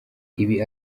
ibi